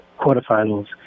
quarterfinals